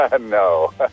No